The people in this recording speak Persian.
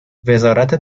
وزارت